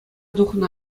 тухнӑ